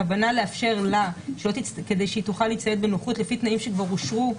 הכוונה לאפשר כדי שהיא תוכל להצטייד בנוחות לפי תנאים שכבר אושרו,